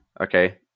Okay